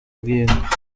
bw’inka